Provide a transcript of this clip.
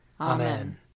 Amen